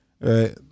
Right